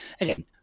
Again